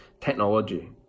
technology